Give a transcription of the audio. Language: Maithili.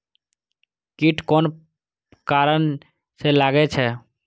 कीट कोन कारण से लागे छै?